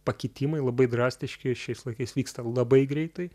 pakitimai labai drastiški šiais laikais vyksta labai greitai